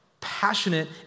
passionate